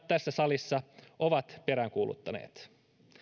tässä salissa ovat peräänkuuluttaneet